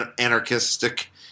Anarchistic